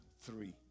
three